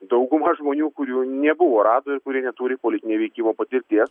dauguma žmonių kurių nebuvo radoj ir kurie neturi politinio veikimo patirties